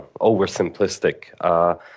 oversimplistic